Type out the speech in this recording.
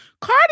Cardi